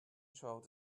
child